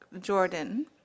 Jordan